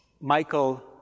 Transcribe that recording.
Michael